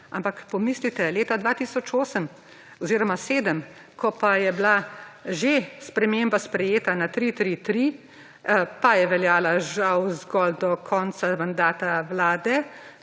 Ampak pomislite, leta 2008 oziroma 2007, ko pa je bila že sprememba sprejeta na 3+3+3, pa je veljala žal zgolj do konca mandata vlade,